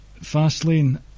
Fastlane